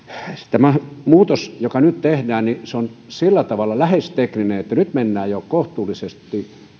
tämä muutos joka nyt tehdään on sillä tavalla lähes tekninen että nyt mennään jo kohtuullisesti